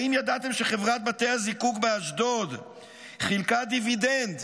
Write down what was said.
האם ידעתם שחברת בתי הזיקוק באשדוד חילקה דיבידנד